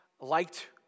liked